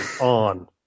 on